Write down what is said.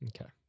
Okay